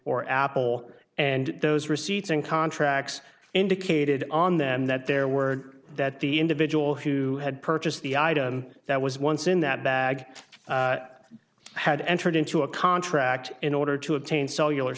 or apple and those receipts and contracts indicated on them that there were that the individual who had purchased the item that was once in that bag had entered into a contract in order to obtain cellular